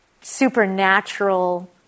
supernatural